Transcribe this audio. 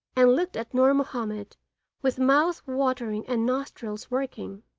and looked at nur mahomed with mouth watering and nostrils working.